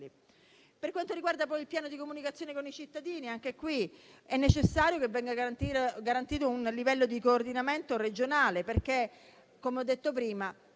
Per quanto riguarda poi il piano di comunicazione con i cittadini, anche in questo caso è necessario che venga garantito un livello di coordinamento regionale, perché, come ho detto prima,